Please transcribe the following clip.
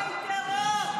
תומכי טרור.